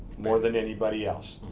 more than anybody else.